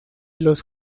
los